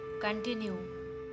continue